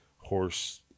horse